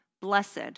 Blessed